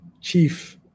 chief